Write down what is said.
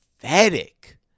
pathetic